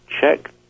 check